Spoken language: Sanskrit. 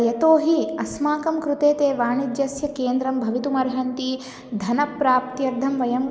यतो हि अस्माकं कृते ते वाणिज्यस्य केन्द्रं भवितुम् अर्हन्ति धनप्राप्त्यर्थं वयं